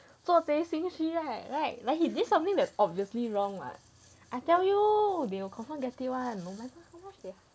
做贼心虚 right like like he did something there's obviously wrong what I tell you they will confirm get it one no matter how much they